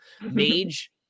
Mage